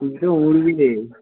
তুই তো উড়বি রে